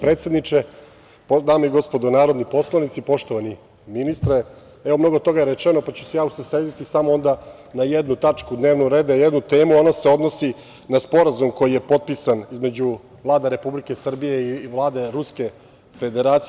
Predsedniče, dame i gospodo narodni poslanici, poštovani ministre, mnogo toga je rečeno pa ću se ja usredrediti samo onda na jednu tačku dnevnog reda, jednu temu, a ona se odnosi na Sporazum koji je potpisan između Vlade Republike Srbije i Vlade Ruske Federacije.